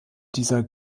dieser